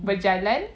berjalan